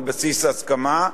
על בסיס הסכמה,